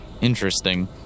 Interesting